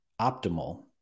optimal